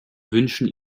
wünschen